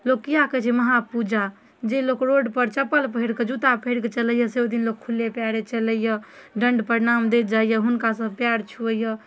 लोक किआ कहैत छै महापूजा जे लोक रोड पर चप्पल पहिर कऽ जुत्ता पहिर कऽ चलैए से ओहिदिन खुल्ले पैरे चलैए दण्ड प्रणाम दैत जाइया हुनका सब पैर छुवैए